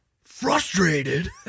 frustrated